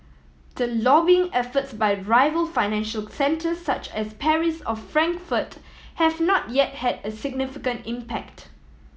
the lobbying efforts by rival financial centres such as Paris or Frankfurt have not yet had a significant impact